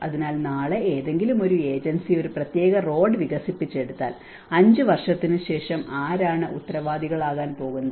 അതിനാൽ നാളെ ഏതെങ്കിലും ഏജൻസി ഒരു പ്രത്യേക റോഡ് വികസിപ്പിച്ചെടുത്താൽ 5 വർഷത്തിന് ശേഷം ആരാണ് ഉത്തരവാദികൾ ആകാൻ പോകുന്നത്